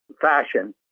fashion